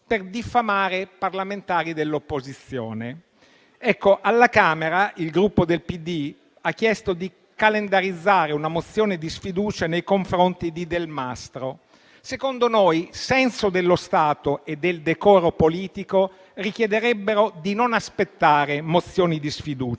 per diffamare parlamentari dell'opposizione. Alla Camera il Gruppo PD ha chiesto di calendarizzare una mozione di sfiducia nei confronti di Delmastro. Secondo noi, senso dello Stato e del decoro politico richiederebbero di non aspettare mozioni di sfiducia.